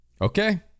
Okay